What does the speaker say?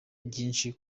byinshi